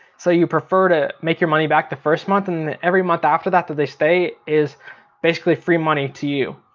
so you prefer to make your money back the first month. and every month after that that they stay is basically free money to you.